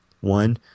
One